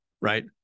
right